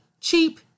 cheap